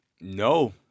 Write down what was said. No